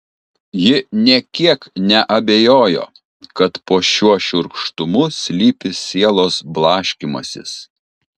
ji nė kiek neabejojo kad po šiuo šiurkštumu slypi sielos blaškymasis